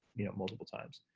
you know, multiple times.